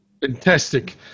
Fantastic